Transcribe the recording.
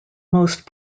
most